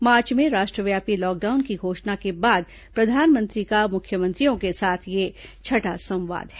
मार्च में राष्ट्रव्यापी लॉकडाउन की घोषणा के बाद प्रधानमंत्री का मुख्यमंत्रियों के साथ यह छठा संवाद है